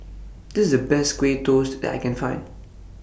This IS The Best Kaya Toast that I Can Find